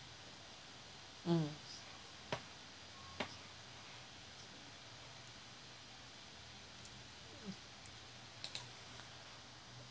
mm